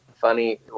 funny